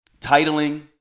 titling